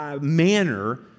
manner